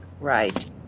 Right